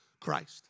Christ